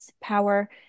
power